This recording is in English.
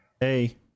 Hey